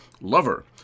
Lover